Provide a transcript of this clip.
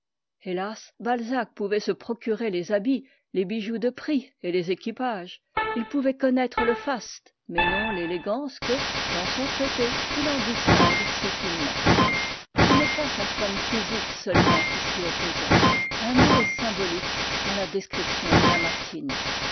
hélas balzac pouvait se procurer les habits les bijoux de prix et les équipages il pouvait connaître le faste mais non l'élé a le valet de balzac gance que clans son traité il en distingue si finement ce n'est pas sa forme physique seulement qui s'y opposait un mot est symbolique dans la description de lamartine